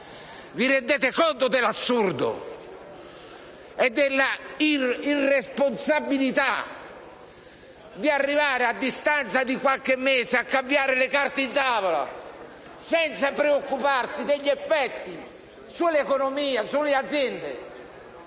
Vi rendete conto dell'assurdo e dell'irresponsabilità di arrivare, a distanza di qualche mese, a cambiare le carte in tavola senza preoccuparsi degli effetti sull'economia, sulle aziende?